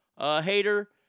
hater